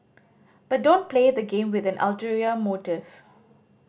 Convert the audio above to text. but don't play the game with an ulterior motive